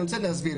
אני רוצה להסביר,